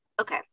Okay